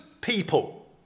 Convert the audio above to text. people